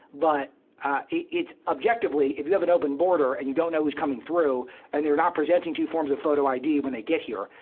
but it's, objectively, if you have an open border and you don't know who's coming through and they're not presenting two forms of photo id when they get here,